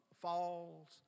falls